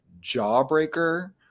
Jawbreaker